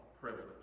privilege